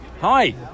hi